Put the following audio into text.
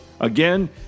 Again